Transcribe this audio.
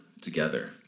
together